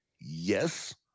yes